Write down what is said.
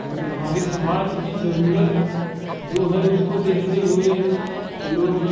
मगर हमारे समाज की जरूरत जो है उसको देखते हुए लोग